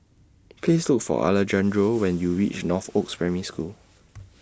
Please Look For Alejandro when YOU REACH Northoaks Primary School